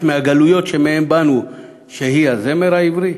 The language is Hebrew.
מהגלויות שמהן באנו שהיא הזמר העברי?